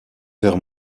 vers